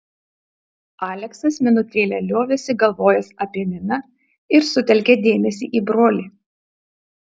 aleksas minutėlę liovėsi galvojęs apie niną ir sutelkė dėmesį į brolį